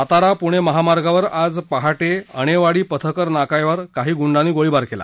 सातारा पूणे महामार्गावर आज पहाटे अणेवाडी पथकर नाक्यावर काही गुंडांनी गोळीबार केला